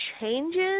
changes